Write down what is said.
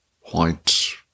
white